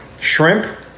Shrimp